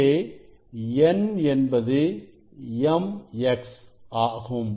இங்கே N என்பது mx ஆகும்